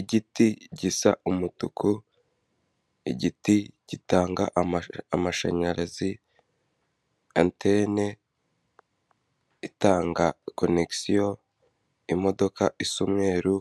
Igiti gisa umutuku, igiti gitanga amashanyarazi, antene itanga konekisiyo, imodoka isa umweru,